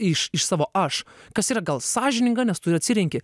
iš iš savo aš kas yra gal sąžininga nes tu ir atsirenki